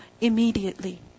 immediately